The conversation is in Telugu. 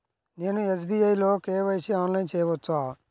నేను ఎస్.బీ.ఐ లో కే.వై.సి ఆన్లైన్లో చేయవచ్చా?